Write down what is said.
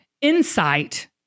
insight